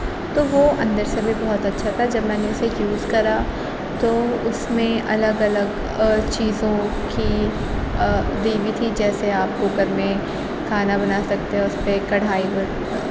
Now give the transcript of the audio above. تو وہ اندر سے بھی بہت اچھا تھا جب میں نے اسے یوز کرا تو اس میں الگ الگ چیزوں کی وی وی تھی جیسے آپ کوکر میں کھانا بنا سکتے ہو اس پہ کڑھائی پہ